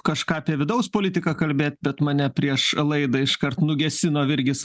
kažką apie vidaus politiką kalbėt bet mane prieš laidą iškart nugesino virgis